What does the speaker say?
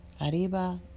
arriba